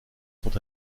sont